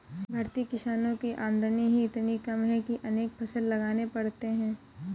भारतीय किसानों की आमदनी ही इतनी कम है कि अनेक फसल लगाने पड़ते हैं